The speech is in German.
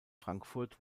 frankfurt